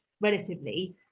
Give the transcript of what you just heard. relatively